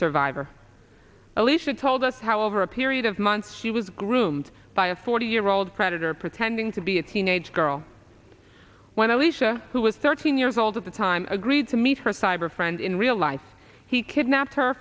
survivor alicia told us how over a period of months she was groomed by a forty year old predator pretending to be a teenage girl when i wish or who was thirteen years old at the time agreed to meet her cyber friends in real life he kidnapped her